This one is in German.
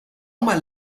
mal